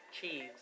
Cheese